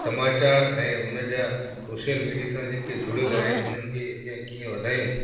समाचार ऐं हुन जा सोशल मिडी सां जेके जुड़ियलु आहिनि उन्हनि खे अॻियां कीअं वधायूं